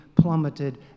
plummeted